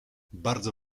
bardzo